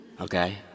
Okay